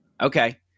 okay